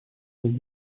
con